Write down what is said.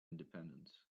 independence